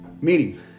meeting